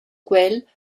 quel